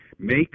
Make